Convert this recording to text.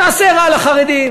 תעשה רע לחרדים.